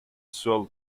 salt